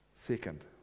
Second